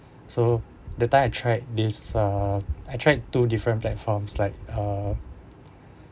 so the time I tried this uh I tried two different platforms like uh